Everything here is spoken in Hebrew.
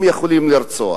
הם יכולים לרצוח.